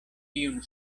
tiun